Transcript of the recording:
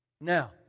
Now